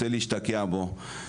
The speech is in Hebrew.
רוצה להשתקע בו.